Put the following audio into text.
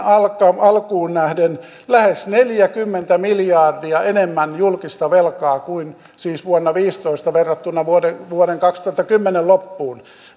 alkuun nähden lähes neljäkymmentä miljardia enemmän julkista velkaa siis vuonna viisitoista verrattuna vuoden vuoden kaksituhattakymmenen loppuun